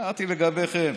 אמרתי לגביכם.